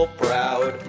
proud